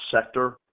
sector